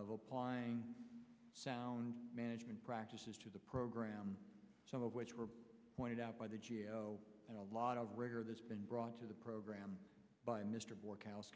of applying sound management practices to the program some of which were pointed out by the g a o and a lot of rigor that's been brought to the program by mr bork ause